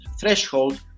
threshold